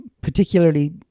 particularly